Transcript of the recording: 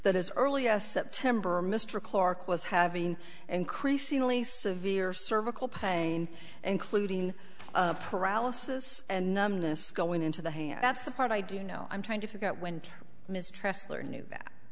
that as early as september mr clark was having increasingly severe cervical pain including paralysis and numbness going into the hand that's the part i do know i'm trying to figure out when